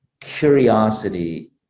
curiosity